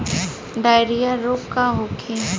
Diarrhoea रोग का होखे?